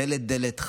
דלת-דלת,